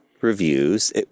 reviews